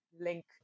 link